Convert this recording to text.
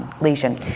lesion